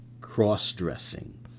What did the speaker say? cross-dressing